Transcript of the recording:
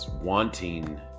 wanting